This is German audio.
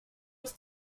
uns